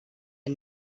had